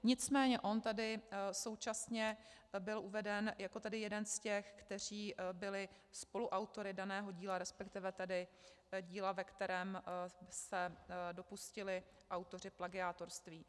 Nicméně on tedy současně byl uveden jako jeden z těch, kteří byli spoluautory daného díla, respektive tedy díla, ve kterém se dopustili autoři plagiátorství.